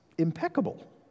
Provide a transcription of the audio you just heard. impeccable